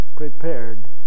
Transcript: prepared